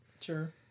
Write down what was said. Sure